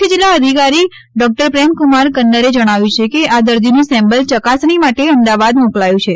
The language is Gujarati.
મુખ્ય જીલ્લા અધિકારી ડોકટર પ્રેમ કુમાર કન્નરે જણાવ્યું કે આ દર્દીનું સેમ્પલ ચકાસણી માટે અમદાવાદ મોકલાયું છે